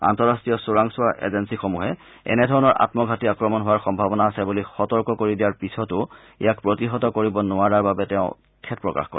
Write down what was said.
আন্তঃৰাষ্ট্ৰীয় চোৰাংচোৱা এজেনীসমূহে এনেধৰণৰ আন্মঘাতী আক্ৰমণ হোৱাৰ সম্ভাৱনা আছে বুলি সতৰ্ক কৰি দিয়াৰ পিছতো ইয়াক প্ৰতিহত কৰিব নোৱৰাৰ বাবে তেওঁ খেদ প্ৰকাশ কৰে